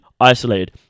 isolated